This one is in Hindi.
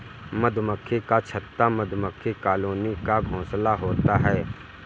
मधुमक्खी का छत्ता मधुमक्खी कॉलोनी का घोंसला होता है